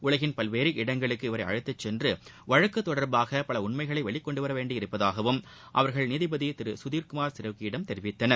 உலகின் பல்வேறு இடங்களுக்கு இவரை அழைத்துச்சென்று வழக்கு தொடர்பாக பல உண்மைகளை வெளிகொண்டுவரவேண்டி இருப்பதாகவும் அவர்கள் நீதிபதி திரு சுதிர்குமார் சிரோகியிடம் தெரிவித்தனர்